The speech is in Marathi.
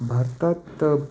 भारतात